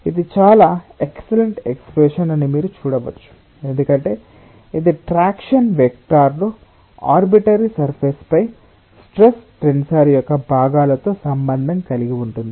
ఇది చాలా excellent expression అని మీరు చూడవచ్చు ఎందుకంటే ఇది ట్రాక్షన్ వెక్టర్ను ఆర్బిటరీ సర్ఫేస్ పై స్ట్రెస్ టెన్సర్ యొక్క భాగాలతో సంబంధం కలిగి ఉంటుంది